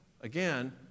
Again